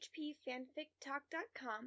hpfanfictalk.com